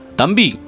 Tambi